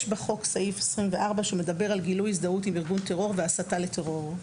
יש בחוק סעיף 24 שמדבר על גילוי הזדהות עם ארגון טרור והסתה לטרור.